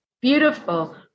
beautiful